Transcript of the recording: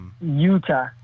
Utah